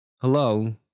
Hello